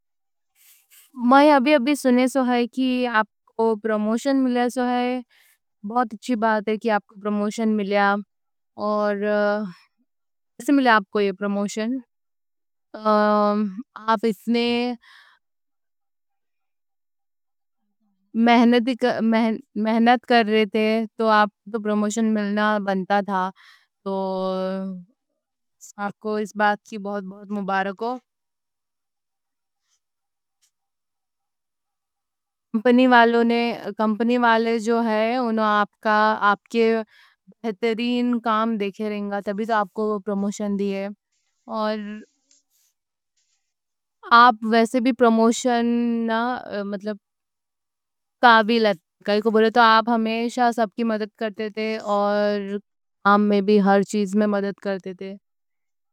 میں ابھی ابھی سنے سوہائے کہ آپ کو پروموشن ملیا۔ سوہائے بہت اچھی بات ہے کہ آپ کو پروموشن ملیا۔ اور کیسے ملے آپ کو یہ پروموشن آپ اس نے۔ محنت کر رہے تھے تو آپ کو پروموشن ملنا بنتا تھا۔ تو آپ کو اس بات کی بہت بہت مبارک ہو کمپنی والے جو ہیں انہوں آپ کا آپ کے بہترین کام دیکھے رہیں گا تب ہی تو آپ کو پروموشن دیئے۔ اور آپ ویسے بھی پروموشن قابل ہے کائیں کوں بولے تو آپ۔ ہمیشہ سب کی مدد کرتے تھے اور کام میں بھی ہر چیز میں مدد کرتے تھے۔